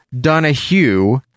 donahue